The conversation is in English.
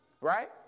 right